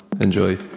Enjoy